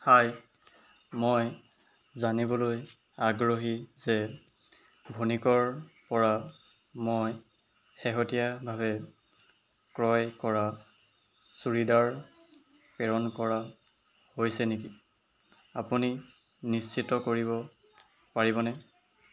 হাই মই জানিবলৈ আগ্ৰহী যে ভুনিকৰপৰা মই শেহতীয়াভাৱে ক্ৰয় কৰা চুৰিদাৰ প্ৰেৰণ কৰা হৈছে নেকি আপুনি নিশ্চিত কৰিব পাৰিবনে